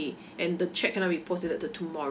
and the cheque cannot be post dated to tomorrow